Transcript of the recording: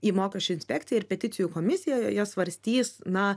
į mokesčių inspekciją ir peticijų komisija svarstys na